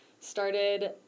started